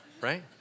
Right